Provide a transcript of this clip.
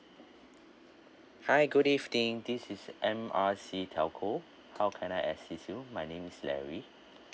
hi good evening this is M R C telco how can I assist you my name is larry